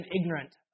ignorant